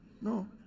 No